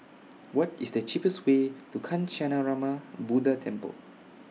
What IS The cheapest Way to Kancanarama Buddha Temple